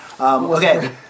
Okay